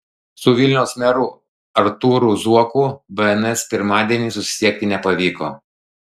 su vilniaus meru artūru zuoku bns pirmadienį susisiekti nepavyko